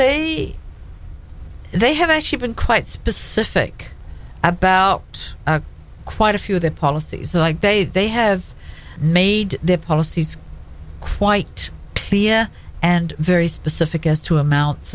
are they have actually been quite specific about quite a few of their policies like they they have made their policies quite clear and very specific as to